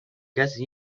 کسی